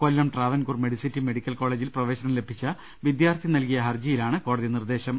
കൊല്ലം Travancore Medicity medical കോളേജിൽ പ്രവേശനം ലഭിച്ച വിദ്യാർത്ഥി നൽകിയ ഹർജിയിലാണ് കോടതിയുടെ നിർദേശം